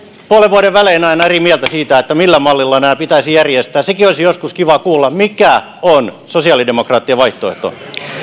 puolen vuoden välein aina eri mieltä siitä millä mallilla nämä pitäisi järjestää sekin olisi joskus kiva kuulla mikä on sosiaalidemokraattien vaihtoehto